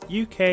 UK